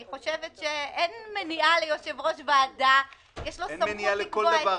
אני חושבת שאין מניעה ליושב-ראש ועדה -- אין מניעה לכל דבר.